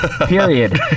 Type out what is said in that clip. Period